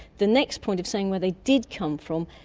the next point of saying where they did come from,